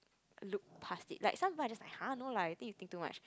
look past it like somebody like !huh! you think too much